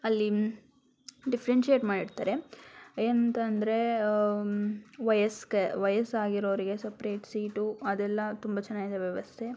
ಅಲ್ಲಿ ಡಿಫ್ರೆನ್ಶಿಯೇಟ್ ಮಾಡ್ತಾರೆ ಏನು ಅಂತ ಅಂದರೆ ವಯಸ್ಕ ವಯಸ್ಸಾಗಿರುವವರಿಗೆ ಸಪ್ರೇಟ್ ಸೀಟು ಅದೆಲ್ಲ ತುಂಬ ಚೆನ್ನಾಗಿದೆ ವ್ಯವಸ್ಥೆ